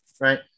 right